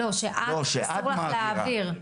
לא, שאסור לך להעביר?